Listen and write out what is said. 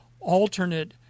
alternate